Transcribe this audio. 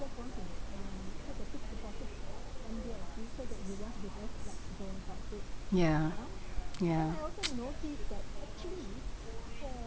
yeah yeah